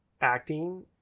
acting